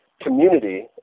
community